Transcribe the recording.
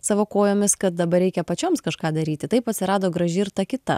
savo kojomis kad dabar reikia pačioms kažką daryti taip atsirado graži ir ta kita